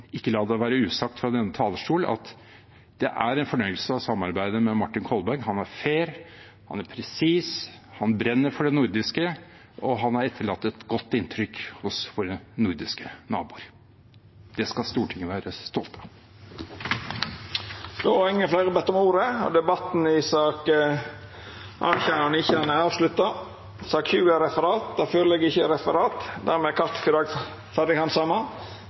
ikke la det være usagt fra denne talerstol, at det er en fornøyelse å samarbeide med Martin Kolberg. Han er fair. Han er presis. Han brenner for det nordiske. Og han har etterlatt et godt inntrykk hos våre nordiske naboer. Det skal Stortinget være stolt av. Fleire har ikkje bedt om ordet i sakene nr. 18 og 19. Det ligg ikkje føre noko referat. Dermed er